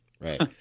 right